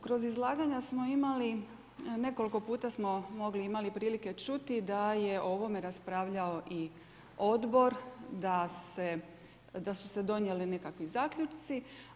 Kroz izlaganja smo imali, nekoliko puta smo mogli i imali prilike čuti da je o ovome raspravljao i odbor, da se, da su se donijeli nekakvi zaključci.